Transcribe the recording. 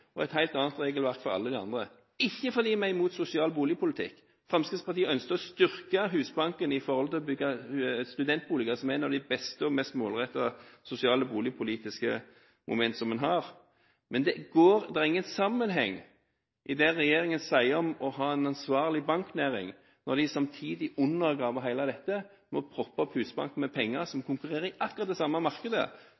og et helt annet regelverk for alle de andre. Dette er ikke fordi vi er imot sosial boligpolitikk. Fremskrittspartiet ønsker å styrke Husbanken når det gjelder å bygge studentboliger, som er et av de beste og mest målrettede sosiale boligpolitiske momenter man har. Men det er ingen sammenheng i det regjeringen sier om å ha en ansvarlig banknæring, når de samtidig undergraver det hele ved å proppe opp Husbanken med penger som